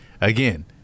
Again